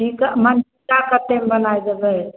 टीका मनटीक्का कतेकमे बनाय देबै